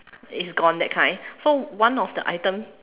it's gone that kind so one of the item